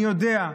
אני יודע,